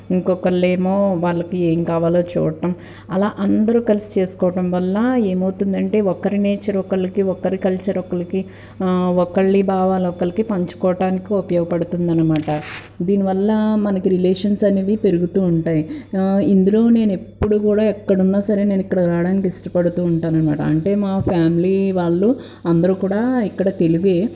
ఇంకొకలేమో వాళ్ళకి ఏం కావాలో చూడటం అలా అందరూ కలిసి చేసుకోవడం వల్ల ఏమవుతుంది అంటే ఒక్కరి నుంచి ఒకరికి ఒకరు కల్చర్ ఒకలికి ఒకల్ని భావాలు ఒకరికి పంచుకోటానికి ఉపయోగపడుతుందనమాట దీనివల్ల మనకు రిలేషన్స్ అనేది పెరుగుతూ ఉంటాయి ఇందులో నేను ఎప్పుడు కూడా ఎక్కడున్నా సరే నేను ఇక్కడ రావడానికి ఇష్టపడుతూ ఉంటాను అనమాట అంటే మా ఫ్యామిలీ వాళ్ళు అందరూ కూడా ఇక్కడ తెలుగే